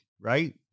right